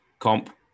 comp